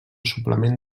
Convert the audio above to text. suplement